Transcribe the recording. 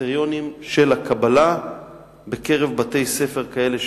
בקריטריונים של הקבלה בקרב בתי-ספר כאלה,